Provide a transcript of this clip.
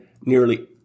nearly